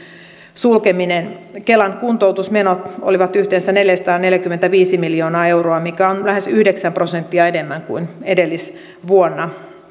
sulkeminen kelan kuntoutusmenot olivat yhteensä neljäsataaneljäkymmentäviisi miljoonaa euroa mikä on lähes yhdeksän prosenttia enemmän kuin edellisvuonna